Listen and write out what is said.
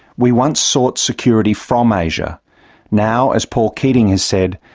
we once sought security from asia now, as paul keating has said,